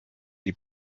die